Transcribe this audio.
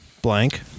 Blank